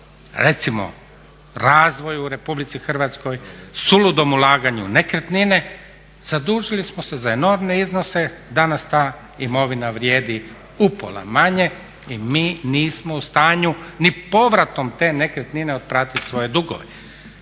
recimo razvoju u RH, suludom ulaganju u nekretnine i zadužili smo se za enormne iznose, danas ta imovina vrijedi upola manje i mi nismo u stanju ni povratom te nekretnine otplatiti svoje dugove.